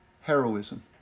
heroism